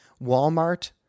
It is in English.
Walmart